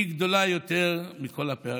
והיא גדולה יותר מכל הפערים.